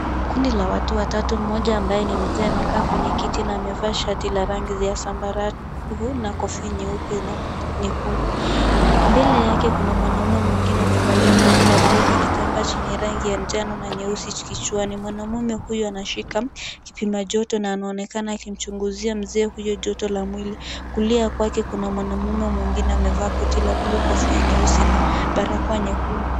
Kundi la watu watatu, mmoja ambaye ni mzee amekaa kwenye kiti na amevaa shati la rangi ya zambarau na kofia nyeupe na koti nyekundu. Mbele yake kuna mwanaume mwingine amevalia koti la bluu na kitambaa chenye rangi ya njano na nyeusi kichwani. Mwanaume huyo anashika kipimajoto na ameonekana akimchunguzia mzee huyo joto la mwili. Kulia kwake kuna mwanaume mwingine amevaa koti la bluu, kofia nyeusi na barakoa nyekundu.